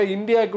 India